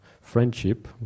friendship